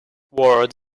ward